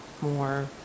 more